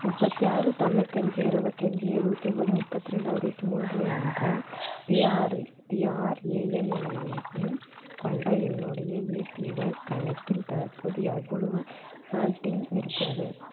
முப்பத்தி ஆறு தொண்ணூத்தஞ்சு இருபத்தஞ்சி எழுவத்தி ஒம்பது முப்பத்தி ரெண்டு அறுபத்தி மூன்று என்ற பிஆர் பிஆர்ஏஎன் எண்ணின் கொண்ட என்னுடைய ஏபிஒய் கணக்கில் தற்போது எவ்வளவு ஹோல்டிங் இருக்கிறது